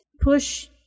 push